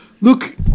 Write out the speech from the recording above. Look